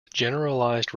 generalized